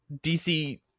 DC